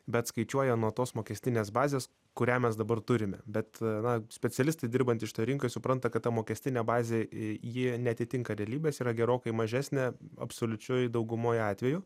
bet skaičiuoja nuo tos mokestinės bazės kurią mes dabar turime bet na specialistai dirbantys šitoj rinkoj supranta kad ta mokestinė bazė į ji neatitinka realybės yra gerokai mažesnė absoliučioj daugumoj atvejų